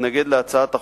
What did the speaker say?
להתנגד להצעת החוק,